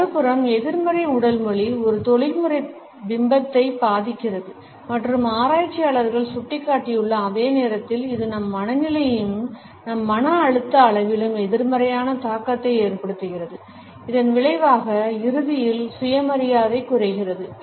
மறுபுறம் எதிர்மறை உடல் மொழி ஒரு தொழில்முறை பிம்பத்தை பாதிக்கிறது மற்றும் ஆராய்ச்சியாளர்கள் சுட்டிக்காட்டியுள்ள அதே நேரத்தில் இது நம் மனநிலையிலும் நம் மன அழுத்த அளவிலும் எதிர்மறையான தாக்கத்தை ஏற்படுத்துகிறது இதன் விளைவாக இறுதியில் சுயமரியாதை குறைகிறது